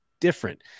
different